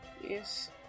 Yes